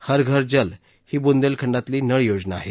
हर घर जल ही बुंदेलखंडातली नळ योजना आहे